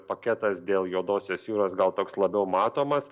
paketas dėl juodosios jūros gal toks labiau matomas